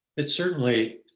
it certainly,